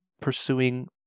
pursuing